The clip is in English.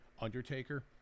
Undertaker